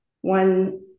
one